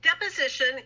Deposition